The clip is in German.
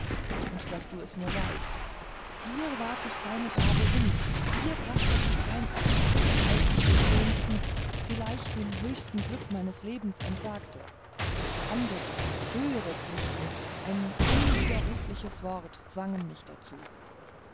und daß du es nur weißt dir warf ich keine gabe hin dir brachte ich kein opfer als ich der schönsten vielleicht dem höchsten glück meines lebens entsagte andere höhere pflichten ein unwiderrufliches wort zwangen mich dazu